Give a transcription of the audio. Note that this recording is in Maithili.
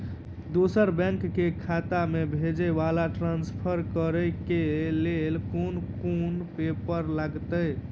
दोसर बैंक केँ खाता मे भेजय वा ट्रान्सफर करै केँ लेल केँ कुन पेपर लागतै?